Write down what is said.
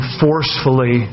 forcefully